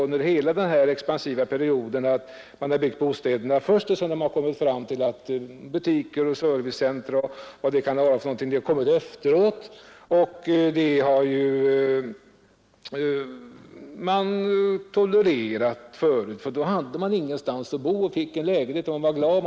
Under hela den här expansiva perioden har det varit så att man byggt bostäderna först, och butiker, servicecentra m.m. har kommit efteråt. Det har människorna tolererat tidigare; när de inte hade någonstans att bo och fick en lägenhet var de glada.